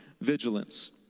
vigilance